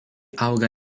auga